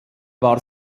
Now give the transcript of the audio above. war